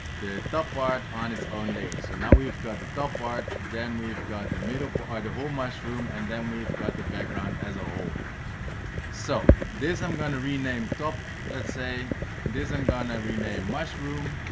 the top part on its own layer so and now we've got the top part then we've got the middle but or the whole mushroom and then we've got the background as a whole so this i'm gonna rename top let's say and this i'm gonna rename mushroom